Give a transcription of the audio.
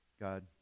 God